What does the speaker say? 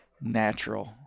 natural